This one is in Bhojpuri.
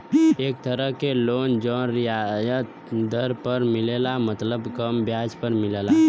एक तरह क लोन जौन रियायत दर पर मिलला मतलब कम ब्याज पर मिलला